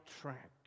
track